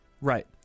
Right